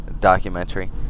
documentary